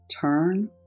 Turn